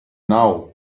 now